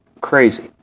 crazy